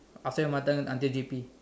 after your mother tongue until G_P